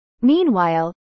Meanwhile